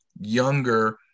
younger